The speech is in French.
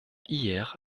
hier